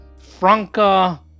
Franca